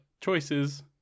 choices